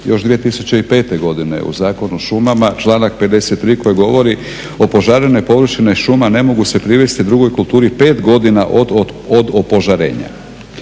još 2005. godine u Zakonu o šumama članak 53. koji govori opožarene površine šuma ne mogu se privesti drugoj kulturi 5 godina od opožarenja.